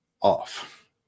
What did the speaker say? off